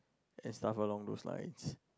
is stuff a long to slide